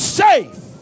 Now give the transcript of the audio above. safe